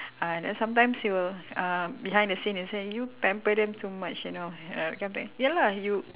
uh then sometimes he will uh behind the scene and say you pamper them too much you know ah that kind of thing ya lah you